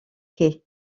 quai